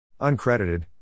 Uncredited